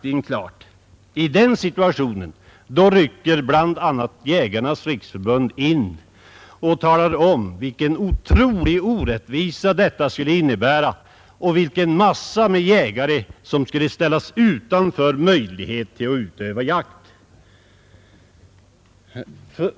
I den situationen rycker bl.a. Jägarnas riksförbund in och talar om vilken otrolig orättvisa detta skulle innebära och vilken mängd jägare som skulle ställas utanför möjligheterna att utöva jakt.